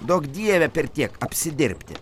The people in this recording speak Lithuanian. duok dieve per tiek apsidirbti